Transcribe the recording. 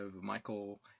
Michael